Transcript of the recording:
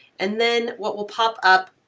and then what will pop up,